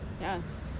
Yes